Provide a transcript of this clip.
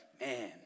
man